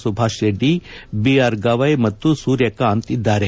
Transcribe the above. Subhash Reddy B R Gavai ಮತ್ತು ಸೂರ್ಯಕಾಂತ್ ಇದ್ದಾರೆ